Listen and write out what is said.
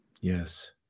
Yes